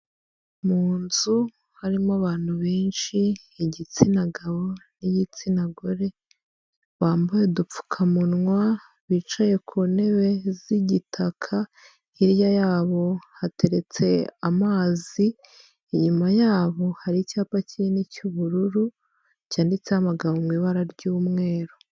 Mu nzu harimo abantu benshi, igitsina gabo n'igitsina gore, bambaye udupfukamunwa, bicaye ku ntebe z'igitaka, hirya yabo hateretse amazi, inyuma yabo hari icyapa kinini cy'ubururu, cyanditseho amagambo ari mu ibara ry'umweru.